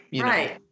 right